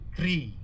Three